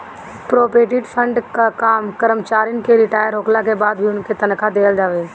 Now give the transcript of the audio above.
provident fund कअ काम करमचारिन के रिटायर होखला के बाद भी उनके तनखा देहल हवे